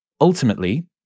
Ultimately